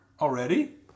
Already